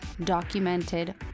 documented